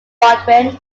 baldwin